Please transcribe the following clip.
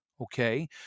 Okay